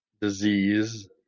disease